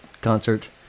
concert